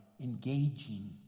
engaging